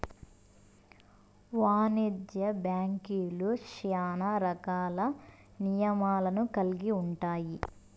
వాణిజ్య బ్యాంక్యులు శ్యానా రకాల నియమాలను కల్గి ఉంటాయి